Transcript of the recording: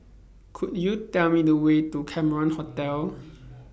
Could YOU Tell Me The Way to Cameron Hotel